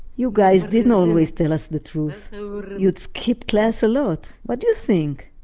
you guys didn't always tell us the truth you'd skip class a lot. what do you think?